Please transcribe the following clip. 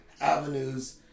avenues